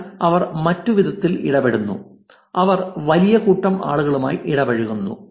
എന്നാൽ അവർ മറ്റുവിധത്തിൽ ഇടപെടുന്നു അവർ വലിയ കൂട്ടം ആളുകളുമായി ഇടപഴകുന്നു